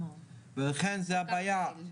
ולכן, זאת הבעיה.